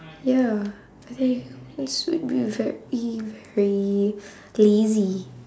ya I think humans would be very very lazy